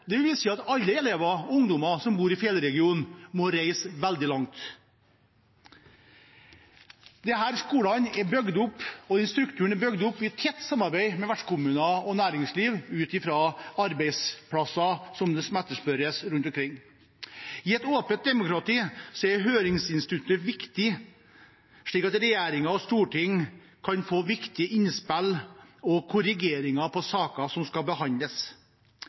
at alle elever, ungdommer, som bor i Fjellregionen, må reise veldig langt. Denne skolestrukturen er bygd opp i tett samarbeid med vertskommuner og næringsliv, ut fra arbeidsplasser som etterspørres rundt omkring. I et åpent demokrati er høringsinstituttet viktig, slik at regjeringen og Stortinget kan få viktige innspill og korrigeringer på saker som skal behandles.